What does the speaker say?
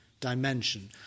dimension